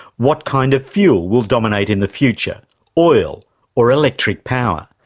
what kind of fuel will dominate in the future oil or electric power?